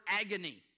agony